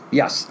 yes